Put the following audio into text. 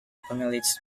accumulates